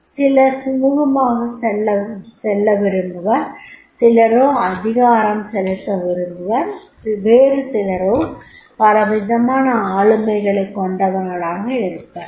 சிலர் சுமுகமாகச் செல்ல விரும்புவர் சிலரோ அதிகாரம் செலுத்த முயலுவர் வேறு சிலரோ பல விதமான ஆளுமைகளைக் கொண்டவர்களாக இருப்பர்